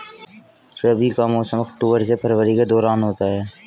रबी का मौसम अक्टूबर से फरवरी के दौरान होता है